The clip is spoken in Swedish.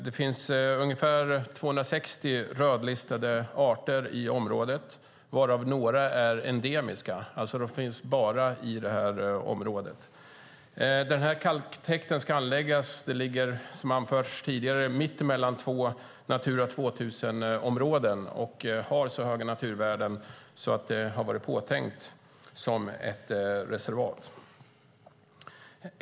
Det finns ungefär 260 rödlistade arter i området varav några är endemiska, alltså de finns bara i detta område. Kalktäkten ska anläggas, som tidigare anförts, mitt emellan två Natura 2000-områden och naturvärdena är så höga att området har varit påtänkt som ett reservat.